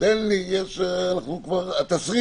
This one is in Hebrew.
זה גם דרג בכיר